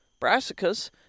brassicas